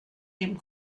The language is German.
dem